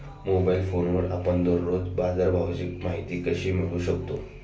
Mobile फोनवर आपण दररोज बाजारभावाची माहिती कशी मिळवू शकतो?